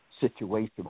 situation